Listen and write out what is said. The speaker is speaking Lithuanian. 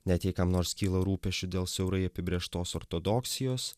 net jei kam nors kyla rūpesčių dėl siaurai apibrėžtos ortodoksijos